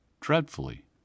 dreadfully